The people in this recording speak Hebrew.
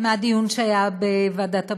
מהדיון שהיה בוועדת הבריאות,